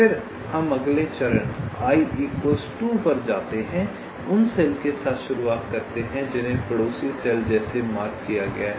फिर हम अगले चरण पर जाते हैं उन सेल के साथ शुरुआत करते हैं जिन्हें पड़ोसी सेल जैसे मार्क किया गया है